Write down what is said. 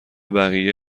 بقیه